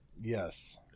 Yes